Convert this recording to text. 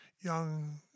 young